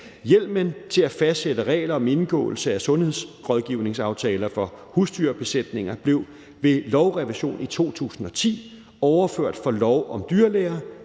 Hjemmelen til at fastsætte regler om indgåelse af sundhedsrådgivningsaftaler for husdyrbesætninger blev ved lovrevision i 2010 overført fra lov om dyrlæger